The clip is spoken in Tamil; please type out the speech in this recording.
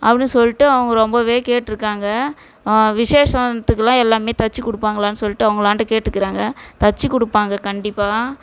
அப்படின்னு சொல்லிட்டு அவங்க ரொம்பவே கேட்டிருக்காங்க விசேஷத்துக்கெலாம் எல்லாமே தச்சு கொடுப்பாங்களானு சொல்லிட்டு அவங்களாண்ட கேட்டுக்கிறாங்க தச்சு கொடுப்பாங்க கண்டிப்பாக